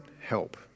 help